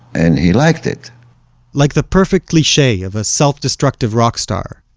and he liked it like the perfect cliche of a self-destructive rockstar,